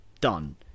done